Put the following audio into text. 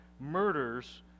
murders